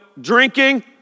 drinking